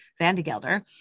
Vandegelder